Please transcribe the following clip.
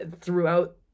Throughout